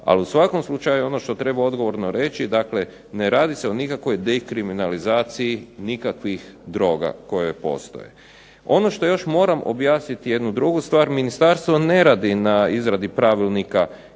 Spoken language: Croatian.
ali u svakom slučaju ono što treba odgovorno reći, dakle ne radi se o nikakvoj dekriminalizaciji nikakvih droga koje postoje. Ono što još moram objasniti, jednu drugu stvar, ministarstvo ne radi na izradi pravilnika